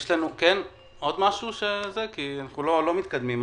--- אנחנו לא מתקדמים.